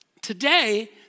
today